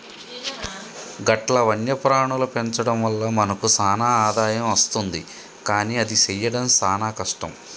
గట్ల వన్యప్రాణుల పెంచడం వల్ల మనకు సాన ఆదాయం అస్తుంది కానీ అది సెయ్యడం సాన కష్టం